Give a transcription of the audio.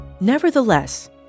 Nevertheless